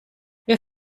wir